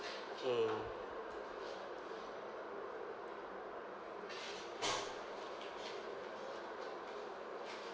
hmm